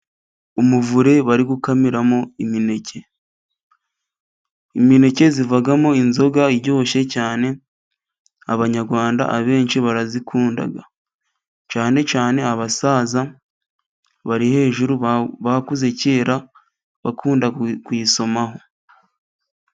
umuvure bari gukamiramo imineke imineke zivagamo inzoga iryoshye cyane abanyarwanda abenshi barazikundaga cyane cyane abasaza bari hejuru bakuze kera bakunda kuyisomaho